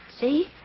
See